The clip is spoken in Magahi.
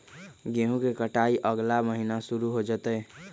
गेहूं के कटाई अगला महीना शुरू हो जयतय